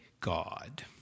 God